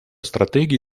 стратегий